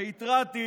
והתרעתי